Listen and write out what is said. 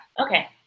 Okay